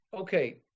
okay